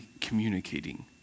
communicating